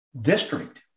district